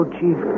Chief